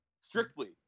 Strictly